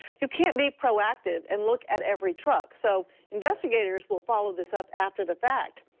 you can't be pro active and look at every truck, so investigators will follow this up after the fact.